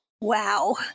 wow